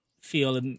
feel